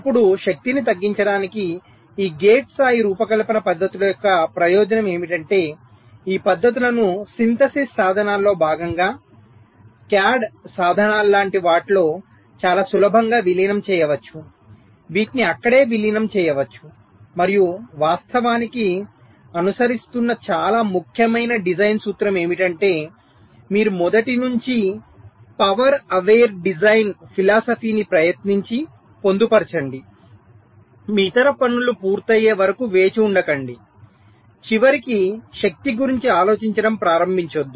ఇప్పుడు శక్తిని తగ్గించడానికి ఈ గేట్ స్థాయి రూపకల్పన పద్ధతుల యొక్క ప్రయోజనం ఏమిటంటే ఈ పద్ధతులను సింథేసిస్ సాధనాల్లో భాగంగా CAD సాధనాల లాంటి వాటిలో చాలా సులభంగా విలీనం చేయవచ్చు వీటిని అక్కడే విలీనం చేయవచ్చు మరియు వాస్తవానికి అనుసరిస్తున్నచాలా ముఖ్యమైన డిజైన్ సూత్రం ఏమిటంటే మీరు మొదటి నుంచీ పవర్ అవేర్ డిజైన్ ఫిలాసఫీని ప్రయత్నించి పొందుపర్చండి మీ ఇతర పనులు పూర్తయ్యే వరకు వేచి ఉండకండి చివరికి శక్తి గురించి ఆలోచించడం ప్రారంభించవద్దు